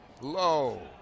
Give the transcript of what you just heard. low